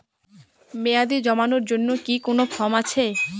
মেয়াদী জমানোর জন্য কি কোন ফর্ম আছে?